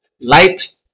light